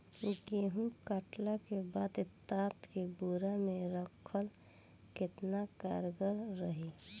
गेंहू कटला के बाद तात के बोरा मे राखल केतना कारगर रही?